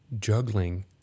juggling